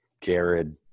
Jared